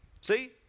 See